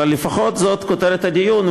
אבל לפחות זאת כותרת הדיון,